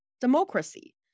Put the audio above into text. democracy